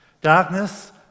Darkness